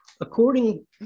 according